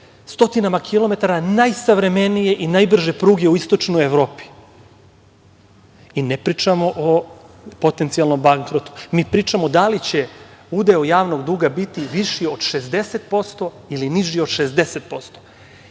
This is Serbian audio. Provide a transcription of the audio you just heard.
stotinama kilometara najsavremenije i najbrže pruge u Istočnoj Evropi. Ne pričamo o potencijalnom bankrotu. Mi pričamo da li će udeo javnog duga biti više od 60% ili niži od